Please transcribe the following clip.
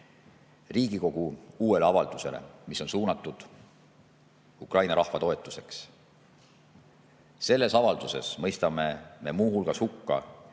Riigikogu uuele avaldusele, mis on suunatud Ukraina rahva toetuseks. Selles avalduses mõistame me muu hulgas hukka